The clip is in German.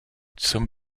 zum